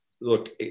Look